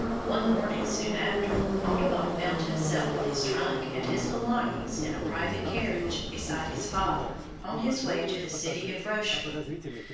one morning soon after, audubon found himself with his trunk and his belongings in a private carriage, beside his father, on his way to the city of rochefort.